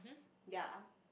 ya